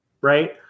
right